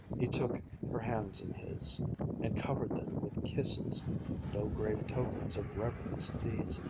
he took her hands in his and covered them with kisses no grave tokens of reverence these,